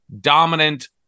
dominant